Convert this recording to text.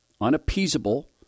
unappeasable